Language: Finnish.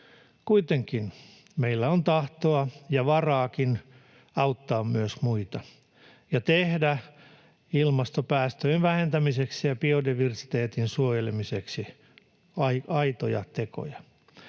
Kuitenkin meillä on tahtoa ja varaakin auttaa myös muita ja tehdä ilmastopäästöjen vähentämiseksi ja biodiversiteetin suojelemiseksi aitoja tekoja.